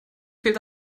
fehlt